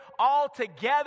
altogether